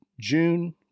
June